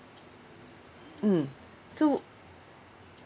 mm so